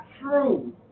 true